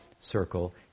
circle